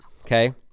okay